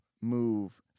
move